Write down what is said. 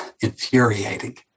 infuriating